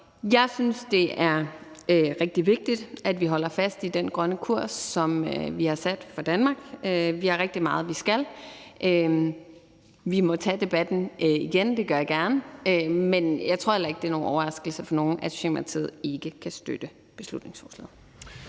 jeg synes, det er rigtig vigtigt, at vi holder fast i den grønne kurs, som vi har sat for Danmark, og vi har rigtig meget, vi skal. Vi må tage debatten igen, det gør jeg gerne, men jeg tror heller ikke, det er nogen overraskelse for nogen, at Socialdemokratiet ikke kan støtte beslutningsforslaget.